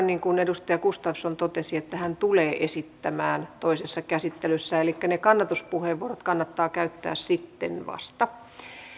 niin kuin edustaja gustafsson totesi hän tulee esittämään toisessa käsittelyssä elikkä ne kannatuspuheenvuorot kannattaa käyttää sitten vasta